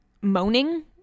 moaning